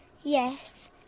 Yes